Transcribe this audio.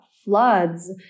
floods